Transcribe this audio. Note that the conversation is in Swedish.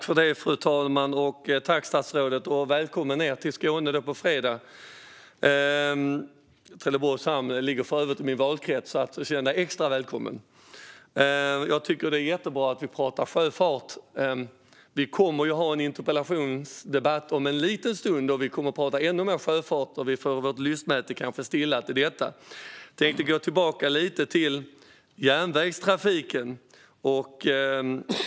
Fru talman! Tack, statsrådet, och välkommen ned till Skåne nu på fredag! Trelleborgs hamn ligger för övrigt i min valkrets, så statsrådet ska känna sig extra välkommen! Jag tycker att det är jättebra att vi pratar sjöfart. Vi kommer ju att ha en interpellationsdebatt om en liten stund då vi kommer att prata ännu mer sjöfart och kanske får vårt lystmäte när det gäller detta. Jag tänkte gå tillbaka lite till järnvägstrafiken.